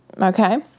okay